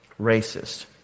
racist